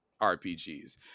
rpgs